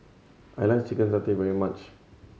I like chicken satay very much